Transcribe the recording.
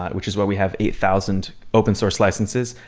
which is what we have eight thousand open source licenses.